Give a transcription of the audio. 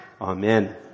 Amen